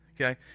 Okay